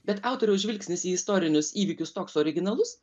bet autoriaus žvilgsnis į istorinius įvykius toks originalus